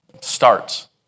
starts